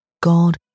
God